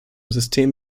system